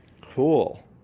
Cool